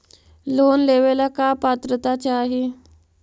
Loan लेवेला का पात्रता चाही?